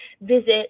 Visit